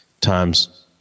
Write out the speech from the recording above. times